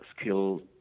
skill